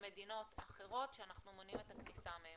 במדינות אחרות שאנחנו מונעים מהם את הכניסה.